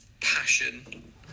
passion